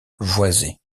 voisée